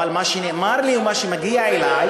אבל מה שנאמר לי ומה שמגיע אלי,